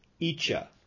Icha